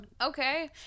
okay